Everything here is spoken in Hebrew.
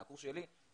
מהקורס שלי,